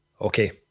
Okay